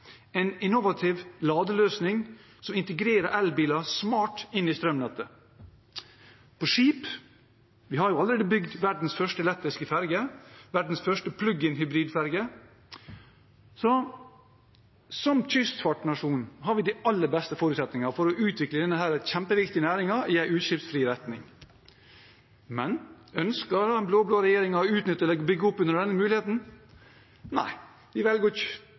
en innovativ ladeløsning som integrerer elbiler smart inn i strømnettet. Når det gjelder skip, har vi allerede bygd verdens første elektriske ferje, verdens første plug-in-hybridferje. Som kystfartsnasjon har vi de aller beste forutsetninger for å utvikle denne kjempeviktige næringen i en utslippsfri retning. Men ønsker den blå-blå regjeringen å utnytte det og bygge opp under denne muligheten? Nei, de velger